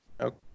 Okay